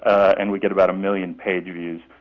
and we get about a million page views.